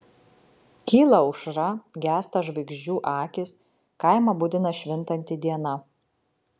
kyla aušra gęsta žvaigždžių akys kaimą budina švintanti diena